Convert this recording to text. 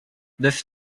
this